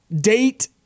date